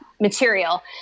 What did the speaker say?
material